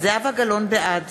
בעד